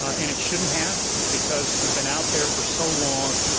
and it shouldn't have because we've been out there for so long